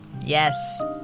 Yes